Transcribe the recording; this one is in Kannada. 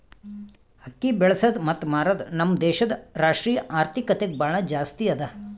ಅಕ್ಕಿ ಬೆಳಸದ್ ಮತ್ತ ಮಾರದ್ ನಮ್ ದೇಶದ್ ರಾಷ್ಟ್ರೀಯ ಆರ್ಥಿಕತೆಗೆ ಭಾಳ ಜಾಸ್ತಿ ಅದಾ